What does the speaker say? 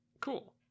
Cool